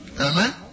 Amen